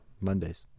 Mondays